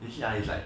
you see ah is like